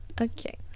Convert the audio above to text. Okay